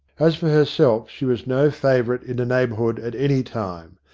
as for herself, she was no favourite in the neighbourhood at any time.